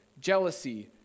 jealousy